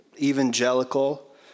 evangelical